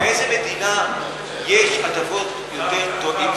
באיזה מדינה יש הטבות יותר גדולות,